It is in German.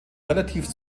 relativ